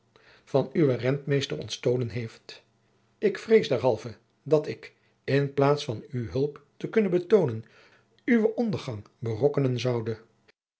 van uwen rentmeester ontstolen had ik vrees derhalve dat ik in plaats van u hulp te kunnen betoonen uwen ondergang berokkenen zoude